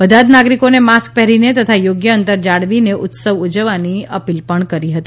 બધા જ નાગરિકોને માસ્ક પહેરીને તથા યોગ્ય અંતર જાળવીને ઉત્સવ ઉજવવાની અપીલ કરી હતી